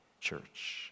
church